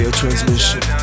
transmission